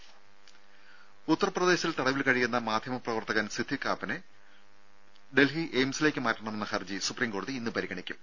ദേദ ഉത്തർപ്രദേശിൽ തടവിൽ കഴിയുന്ന മാധ്യമപ്രവർത്തകൻ സിദ്ധിക് കാപ്പനെ ഡൽഹി എയിംസിലേക്ക് മാറ്റണമെന്ന ഹർജി സുപ്രീംകോടതി ഇന്ന് പരിഗണിക്കും